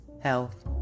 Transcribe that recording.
health